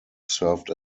served